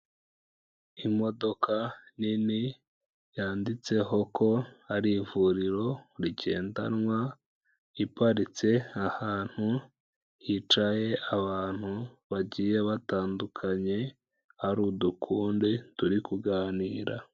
Imodoka nini yanditseho ko hari ivuriro rigendanwa, iparitse ahantu hicaye abantu bagiye batandukanye, hari udukunde turi kuganira.